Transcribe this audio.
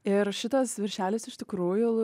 ir šitas viršelis iš tikrųjų